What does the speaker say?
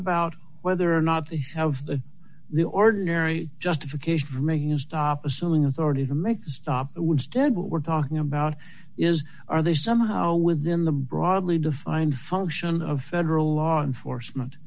about whether or not they have the ordinary justification of making a stop assuming authority to make stop was dead what we're talking about is are they somehow within the broadly defined function of federal law enforcement